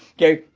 okay,